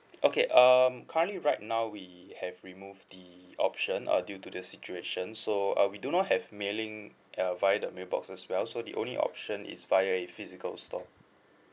okay um currently right now we have remove the option uh due to the situation so uh we do not have mailing uh via the mailbox as well so the only option is via a physical store